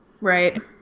Right